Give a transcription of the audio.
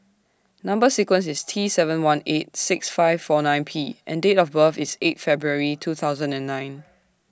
Number sequence IS T seven one eight six five four nine P and Date of birth IS eight February two thousand and nine